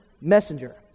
messenger